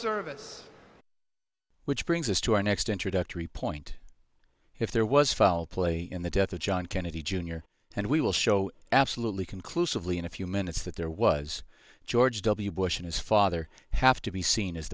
service which brings us to our next introductory point if there was foul play in the death of john kennedy jr and we will show absolutely conclusively in a few minutes that there was george w bush and his father have to be seen as